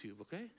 okay